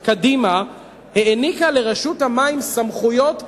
קדימה, העניקה לרשות המים סמכויות דרקוניות.